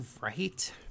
Right